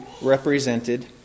represented